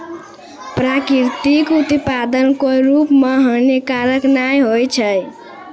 प्राकृतिक उत्पाद कोय रूप म हानिकारक नै होय छै